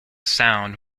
sound